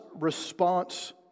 response